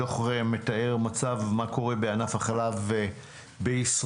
הדוח מתאר את מה קורה בענף החלב בישראל